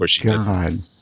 God